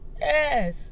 Yes